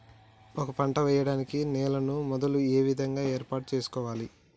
ఒక పంట వెయ్యడానికి నేలను మొదలు ఏ విధంగా ఏర్పాటు చేసుకోవాలి?